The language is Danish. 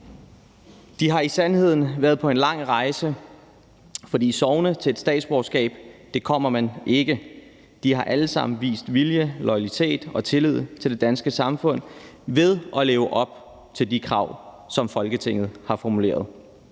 De har i sandhed været på en lang rejse, for sovende til et statsborgerskab kommer man ikke. De har alle sammen vist vilje, loyalitet og tillid til det danske samfund ved at leve op til de krav, som Folketinget har formuleret.